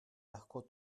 lahko